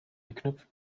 geknüpft